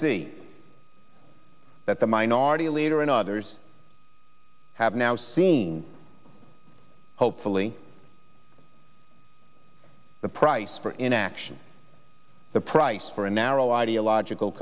see that the minority leader and others have now seen hopefully the price for inaction the price for a narrow ideological